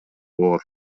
оор